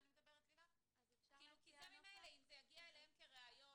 כי זה ממילא אם זה יגיע אליהם כראיות